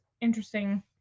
interesting